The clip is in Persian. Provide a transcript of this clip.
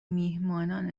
میهمانان